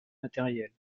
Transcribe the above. matériels